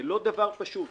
זה לא דבר פשוט,